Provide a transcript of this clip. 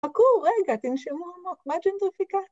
חכו רגע, תנשמו עמוק. ‫מה זאת מפיקה?